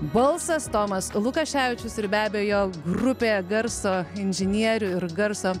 balsas tomas lukaševičius ir be abejo grupė garso inžinierių ir garso